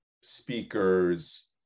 speakers